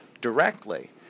directly